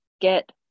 get